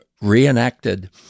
reenacted